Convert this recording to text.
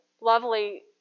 lovely